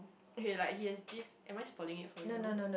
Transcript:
okay like he has this am I spoiling it for you